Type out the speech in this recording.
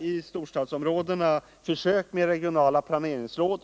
I storstadsområdena pågår redan försök med regionala planeringsråd.